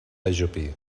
ajupir